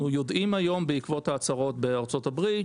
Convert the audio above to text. בעקבות ההצהרות בארצות הברית,